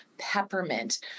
peppermint